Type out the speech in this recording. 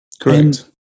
Correct